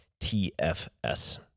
TFS